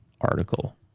article